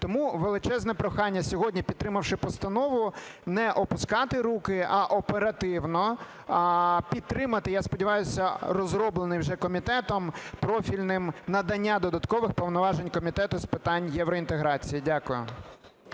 Тому величезне прохання, сьогодні підтримавши постанову не опускати руки, а оперативно підтримати, я сподіваюся, розроблений вже комітетом профільним, надання додаткових повноважень Комітету з питань євроінтеграції. Дякую.